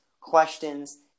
questions